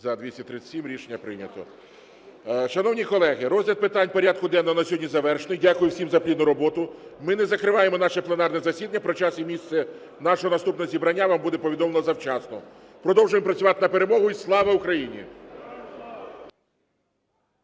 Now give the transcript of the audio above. За-237 Рішення прийнято. Шановні колеги, розгляд питань порядку денного на сьогодні завершений. Дякую всім за плідну роботу. Ми не закриваємо наше пленарне засідання. Про час і місце нашого наступного зібрання вам буде повідомлено завчасно. Продовжуємо працювати на перемогу і слава Україні!